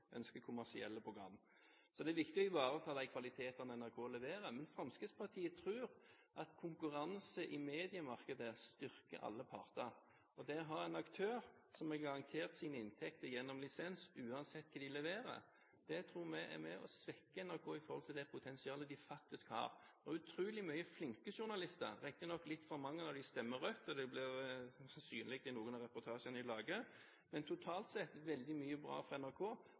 kommersielle program. Så det er viktig å ivareta de kvalitetene NRK leverer. Men Fremskrittspartiet tror at konkurranse i mediemarkedet styrker alle parter. Det å ha en aktør som er garantert sine inntekter gjennom lisens, uansett hva de leverer, tror vi er med på å svekke NRK i forhold til det potensialet de faktisk har. Det er utrolig mange flinke journalister – riktignok stemmer litt for mange av dem rødt, og det blir synlig i noen av reportasjene de lager – og totalt sett veldig mye bra fra NRK.